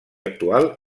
actual